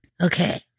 Okay